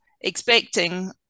expecting